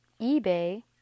eBay